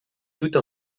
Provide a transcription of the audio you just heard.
toute